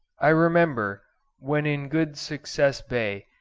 i remember when in good success bay,